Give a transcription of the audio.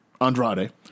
Andrade